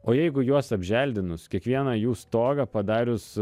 o jeigu juos apželdinus kiekvieną jų stogą padarius